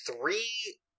three